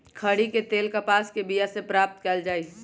खरि के तेल कपास के बिया से प्राप्त कएल जाइ छइ